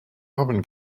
oven